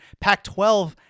Pac-12